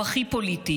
הוא הכי פוליטי,